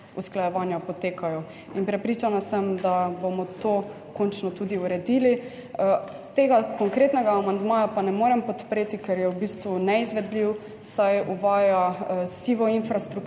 usklajevanja potekajo in prepričana sem, da bomo to končno tudi uredili. Tega konkretnega amandmaja pa ne morem podpreti, ker je v bistvu neizvedljiv, saj uvaja sivo infrastrukturo,